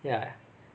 ya